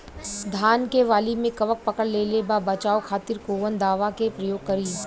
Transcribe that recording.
धान के वाली में कवक पकड़ लेले बा बचाव खातिर कोवन दावा के प्रयोग करी?